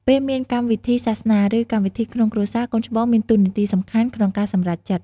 ពេលមានកម្មវិធីសាសនា ឬ កម្មវិធីក្នុងគ្រួសារ កូនច្បងមានតួនាទីសំខាន់ក្នុងការសម្រេចចិត្ត។